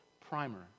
primer